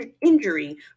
injury